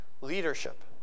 leadership